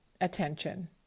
attention